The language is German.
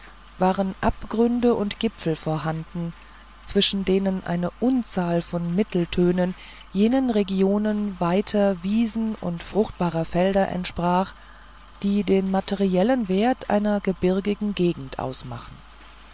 waren abgründe und gipfel vorhanden zwischen denen eine unzahl von mitteltönen jenen regionen weiter wiesen und fruchtbarer felder entsprach die den materiellen wert einer gebirgigen gegend ausmachen